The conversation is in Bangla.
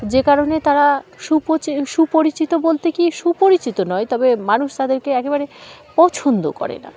যে কারণে তারা সুপ সুপরিচিত বলতে কি সুপরিচিত নয় তবে মানুষ তাদেরকে একেবারে পছন্দ করে না